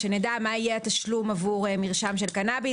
כדי שנדע מה יהיה התשלום עבור מרשם של קנביס